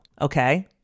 okay